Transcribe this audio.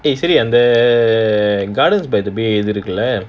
eh சரி அந்த:sari antha gardens by the bay இருக்கு ல:irukku la